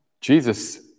Jesus